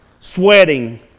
sweating